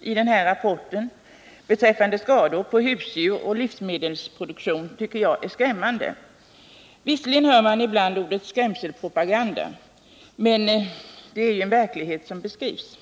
i den nämnda rapporten görs beträffande skador på husdjur och livsmedelsproduktion tycker jag är skrämmande. Visserligen hör man ibland ordet skrämselpropaganda nämnas i kommentarer till rapporten, men det är en verklighet som beskrivs.